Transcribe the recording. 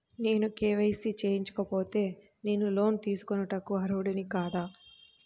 నేను కే.వై.సి చేయించుకోకపోతే నేను లోన్ తీసుకొనుటకు అర్హుడని కాదా?